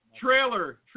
Trailer